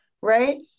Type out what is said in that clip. Right